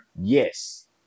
Yes